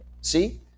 see